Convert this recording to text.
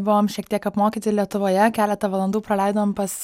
buvom šiek tiek apmokyti lietuvoje keletą valandų praleidom pas